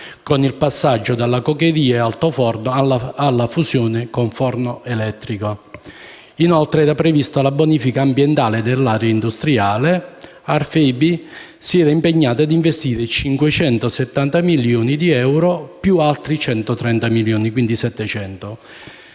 con il passaggio dalla cokeria e altoforno alla fusione con forno elettrico; inoltre era prevista la bonifica ambientale dell'area industriale. Aferpi si era impegnata a investire 570 milioni di euro più altri 130 milioni (quindi 700